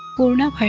corner